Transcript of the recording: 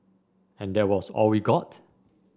and that was all we got